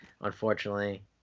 unfortunately